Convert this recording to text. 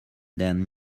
then